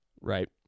Right